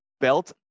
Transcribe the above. belt